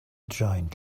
giant